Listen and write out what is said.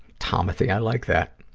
tommathy, i like that.